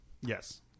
yes